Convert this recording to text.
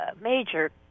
major